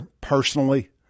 personally